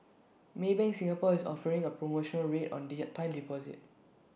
maybank Singapore is offering A promotional rate on the IT time deposits